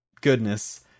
goodness